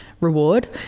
reward